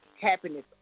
Happiness